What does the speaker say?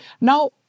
Now